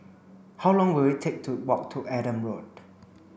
how long will it take to walk to Adam Road